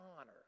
honor